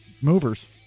movers